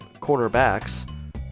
cornerbacks